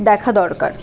দেখা দরকার